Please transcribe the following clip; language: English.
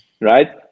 Right